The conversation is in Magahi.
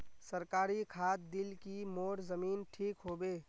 सरकारी खाद दिल की मोर जमीन ठीक होबे?